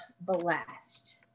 blessed